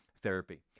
Therapy